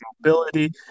mobility